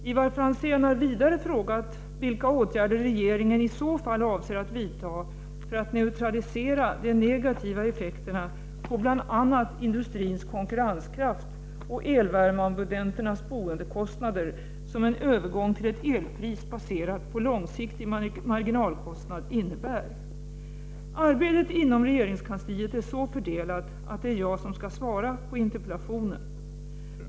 Ivar Franzén har vidare frågat om vilka åtgärder regeringen i så fall avser att vidta för att neutralisera de negativa effekterna på bl.a. industrins konkurrenskraft och elvärmeabonnenternas boendekostnader som en övergång till ett elpris baserat på långsiktig marginalkostnad innebär. Arbetet inom regeringskansliet är så fördelat att det är jag som skall svara på interpellationen.